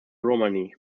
romani